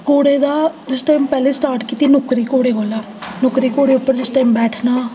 घोड़े दा जिस टाइम पैह्लें स्टार्ट कीता नुक्करी घोड़े बोलो नुक्करी घोड़े पर जिस टाइम बैठना